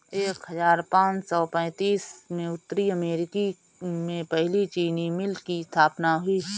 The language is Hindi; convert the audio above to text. एक हजार पाँच सौ पैतीस में उत्तरी अमेरिकी में पहली चीनी मिल की स्थापना हुई